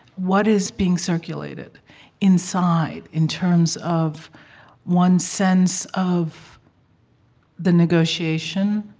what is being circulated inside, in terms of one's sense of the negotiation,